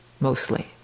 mostly